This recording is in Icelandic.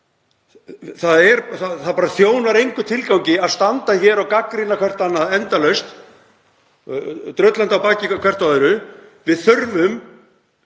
Það þjónar engum tilgangi að standa hér og gagnrýna hvert annað endalaust, drullandi á bakið á hvert öðru. Við þurfum